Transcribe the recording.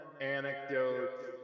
anecdotes